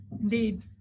Indeed